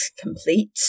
complete